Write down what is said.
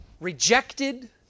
rejected